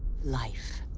life,